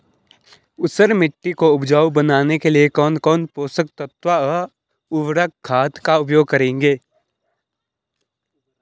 ऊसर मिट्टी को उपजाऊ बनाने के लिए कौन कौन पोषक तत्वों व उर्वरक खाद का उपयोग करेंगे?